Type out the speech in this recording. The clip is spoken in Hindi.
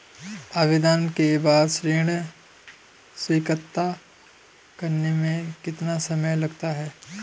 आवेदन के बाद ऋण स्वीकृत करने में कितना समय लगता है?